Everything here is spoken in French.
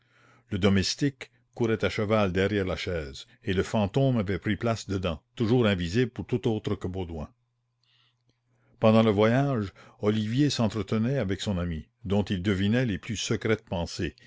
le domestique courait à cheval derrière la chaise et le fantôme avait pris place dedans toujours invisible pour tout autre que baudouin pendant le voyage olivier s'entretenait avec son ami dont il devinait les plus secrètes pensées